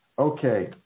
Okay